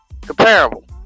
comparable